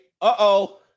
Uh-oh